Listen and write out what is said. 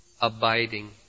abiding